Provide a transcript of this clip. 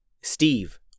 Steve